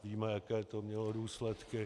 Víme, jaké to mělo důsledky.